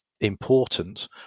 important